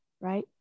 right